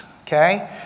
okay